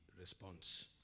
response